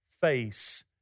face